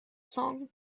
song